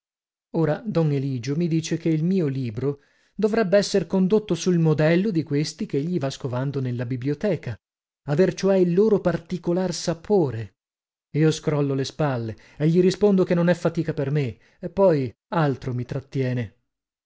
ora don eligio mi dice che il mio libro dovrebbe esser condotto sul modello di questi chegli va scovando nella biblioteca aver cioè il loro particolar sapore io scrollo le spalle e gli rispondo che non è fatica per me e poi altro mi trattiene